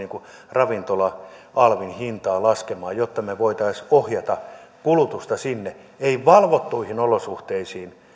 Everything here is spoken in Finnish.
ravintola alvin hintaa laskemaan jotta me voisimme ohjata kulutusta ei valvottuihin olosuhteisiin